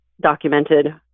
documented